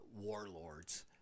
warlords